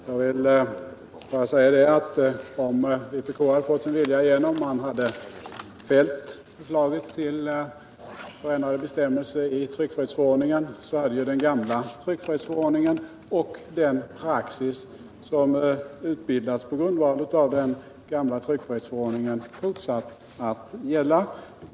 Jag vill bara säga att om vpk hade fått sin vilja igenom och man fällt förslaget till förändrade bestämmelser i tryckfrihetsförordningen, hade den gamla tryckfrihetsförordningen och den praxis som utbildats på grundval av densamma fortsatt att gälla.